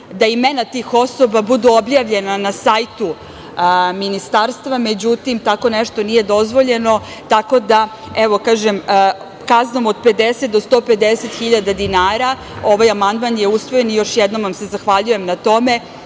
da imena tih osoba budu objavljena na sajtu Ministarstva. Međutim, tako nešto nije dozvoljeno, tako da evo kažem kaznom od 50 do 150 hiljada dinara ovaj amandman je usvojen i još jednom vam se zahvaljujem na tome.